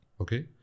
Okay